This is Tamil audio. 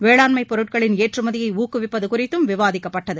வேளாண்மை பொ ருட்களின் ஏற் றுமதியை ஊக்குவி ப்பது கு றித்தும் விவாதிக்கப்பட்டது